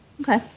Okay